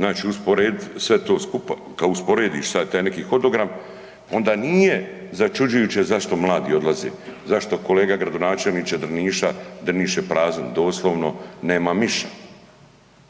kada usporediš sad taj neki hodogram, onda nije začuđujuće zašto mladi odlaze, zašto kolega gradonačelniče Drniša, Drniš je prazan doslovno, nema miša,